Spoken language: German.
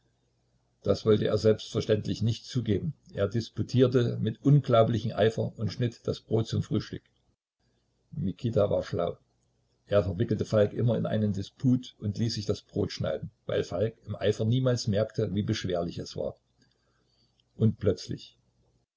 das wollte er selbstverständlich nicht zugeben er disputierte mit unglaublichem eifer und schnitt das brot zum frühstück mikita war schlau er verwickelte falk immer in einen disput und ließ sich das brot schneiden weil falk im eifer niemals merkte wie beschwerlich es war und plötzlich